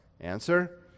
Answer